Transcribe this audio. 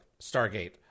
Stargate